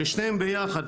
או לשניהם ביחד,